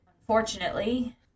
Unfortunately